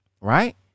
Right